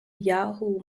yahoo